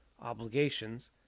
obligations